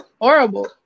horrible